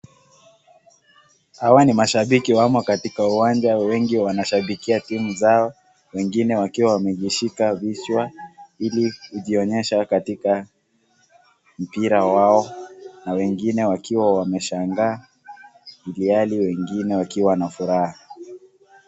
Hawa ni mashabiki wamo katika uwanja. Wengi wanashabikia team zao, wingine wakiwa wamejishika vichwa ili kujionyesha katika mpira wao, na wengine wakiwa wameshangaa ilhali wengine wakiwa na furaha.